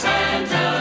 Santa